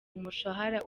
umushahara